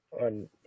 on